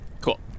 Cool